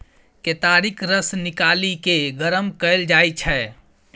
केतारीक रस निकालि केँ गरम कएल जाइ छै